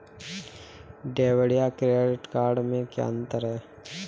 Debit या credit card में क्या अन्तर है?